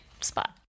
spot